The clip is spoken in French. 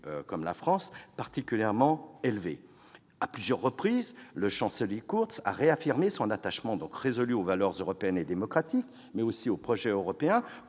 de la France, particulièrement élevé. À plusieurs reprises, le chancelier Kurz a réaffirmé son attachement résolu aux valeurs européennes et démocratiques, mais aussi au projet européen,